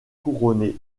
couronnée